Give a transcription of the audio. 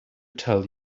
tell